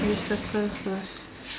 you circle first